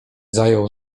zajął